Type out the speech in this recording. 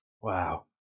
Wow